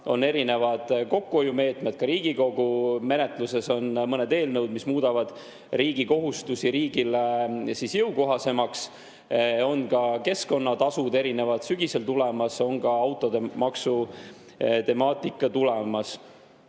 erinevaid kokkuhoiumeetmeid. Ka Riigikogu menetluses on mõned eelnõud, mis muudavad riigi kohustused riigile jõukohasemaks. On ka keskkonnatasud sügisel tulemas, on ka automaksu temaatika tulemas.